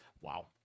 Wow